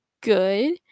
good